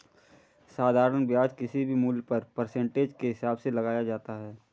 साधारण ब्याज किसी भी मूल्य पर परसेंटेज के हिसाब से लगाया जाता है